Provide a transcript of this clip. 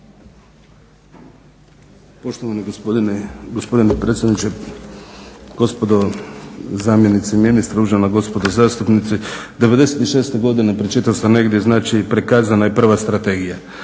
Poštovani gospodine predsjedniče, gospodo zamjenici ministra, uvažena gospodo zastupnici '96. godine pročitao sam negdje znači prikazana je prva strategija.